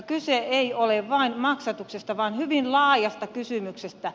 kyse ei ole vain maksatuksesta vaan hyvin laajasta kysymyksestä